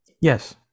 Yes